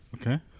Okay